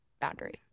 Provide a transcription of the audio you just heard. boundary